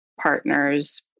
partners